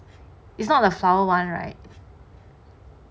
it's not the flower one right